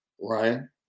Ryan